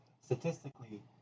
statistically